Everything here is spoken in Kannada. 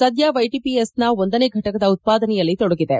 ಸದ್ಯ ವೈಟಿಪಿಎಸ್ನ ಒಂದನೇ ಫಟಕದ ಉತ್ಪಾದನೆಯಲ್ಲಿ ತೊಡಗಿದೆ